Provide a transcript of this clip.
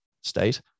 state